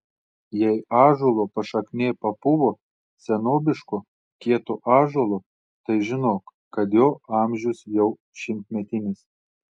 jei ąžuolo pašaknė papuvo senobiško kieto ąžuolo tai žinok kad jo amžius jau šimtmetinis